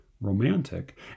romantic